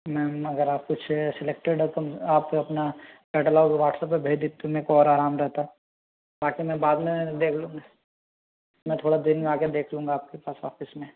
ma'am अगर आप कुछ सेलेक्टेड हो तो आप अपना कैटालॉग वाट्सअप पर भेज देती तो मे को और आराम रहता ताकि मैं बाद में देख लूँ मैं थोड़ए दिन में आ कर देख लूँगा आपके पास ऑफिस में